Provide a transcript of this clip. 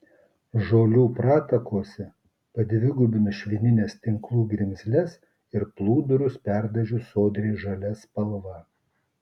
žolių pratakose padvigubinus švinines tinklų grimzles ir plūdurus perdažius sodriai žalia spalva